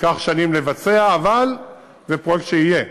ייקח שנים לבצע, אבל זה פרויקט שיהיה.